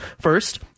first